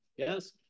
Yes